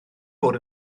bod